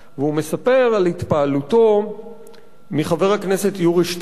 והוא מספר על התפעלותו מחבר הכנסת יורי שטרן,